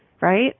Right